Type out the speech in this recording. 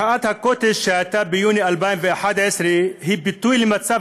מחאת הקוטג' שהייתה ביוני 2011 היא ביטוי למצב